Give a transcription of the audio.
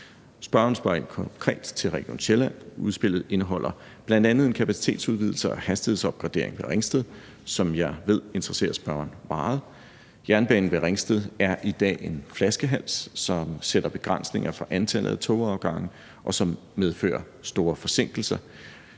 Spørgeren spørger konkret ind til Region Sjælland. Udspillet indeholder bl.a. en kapacitetsudvidelse og hastighedsopgradering ved Ringsted, som jeg ved interesserer spørgeren meget. Jernbanen ved Ringsted er i dag en flaskehals, som sætter begrænsninger for antallet af togafgange, og som medfører store forsinkelser,